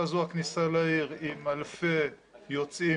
הזו הכניסה לעיר היא עם אלפי יוצאים